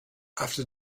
after